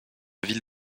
ville